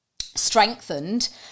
strengthened